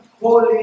holy